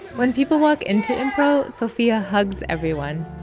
when people walk into improv, sophia hugs everyone.